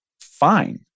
fine